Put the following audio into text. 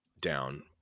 down